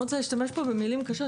אני לא רוצה להשתמש פה במילים קשות,